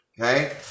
Okay